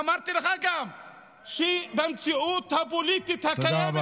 אמרתי לך גם שבמציאות הפוליטית הקיימת